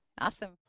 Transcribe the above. Awesome